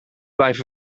blijf